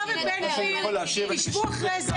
אתה ובגן גביר תשבו אחרי,